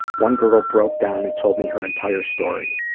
one girl broke down and told me her entire story.